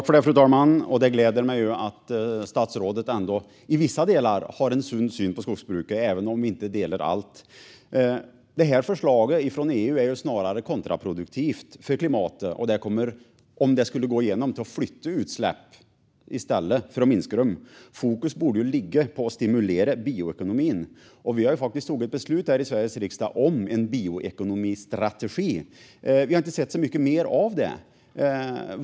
Fru talman! Det gläder mig att statsrådet ändå i vissa delar har en sund syn på skogsbruket, även om vi inte delar alla åsikter. Förslaget från EU är snarare kontraproduktivt för klimatet. Om förslaget går igenom kommer det att flytta utsläpp i stället för att minska dem. Fokus borde ligga på att stimulera bioekonomin. Vi har faktiskt fattat beslut i Sveriges riksdag om en bioekonomistrategi. Vi har inte sett så mycket mer av den.